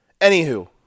Anywho